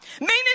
meaning